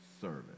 service